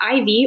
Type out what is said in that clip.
IV